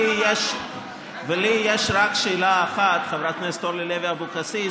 לי יש רק שאלה אחת, חברת הכנסת אורלי לוי אבקסיס: